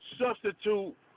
substitute